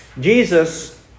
Jesus